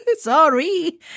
Sorry